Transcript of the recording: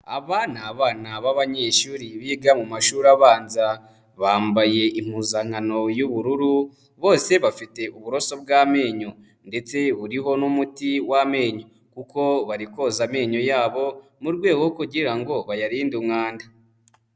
Aba ni abana b'abanyeshuri biga mu mashuri abanza, bambaye impuzankano y'ubururu bose bafite uburoso bw'amenyo ndetse buriho n'umuti w'amenyo kuko bari koza amenyo yabo mu rwego kugira ngo bayarinde umwanda.